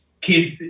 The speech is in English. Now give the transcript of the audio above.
kids